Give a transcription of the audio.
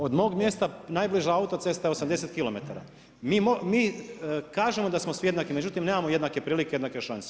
Od mog mjesta najbliža autocesta je 80km, mi kažemo da smo svi jednaki, međutim nemamo jednake prilike i jednake šanse.